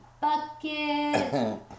bucket